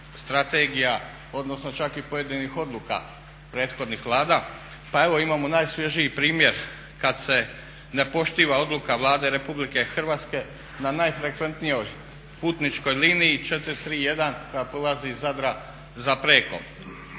strategija odnosno čak i pojedinih odluka prethodnih vlada. Pa evo imamo najsvježiji primjer kada se ne poštiva odluka Vlade RH na najfrekventnijoj putničkoj liniji 431 koja polazi iz Zadra za Preko.